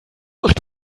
nacht